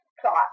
plot